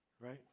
right